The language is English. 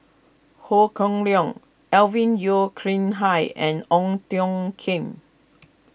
Ho Kah Leong Alvin Yeo Khirn Hai and Ong Tiong Khiam